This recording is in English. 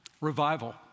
Revival